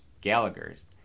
Gallagher's